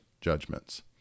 judgments